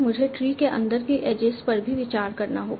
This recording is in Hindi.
मुझे ट्री के अंदर के एजेज पर भी विचार करना होगा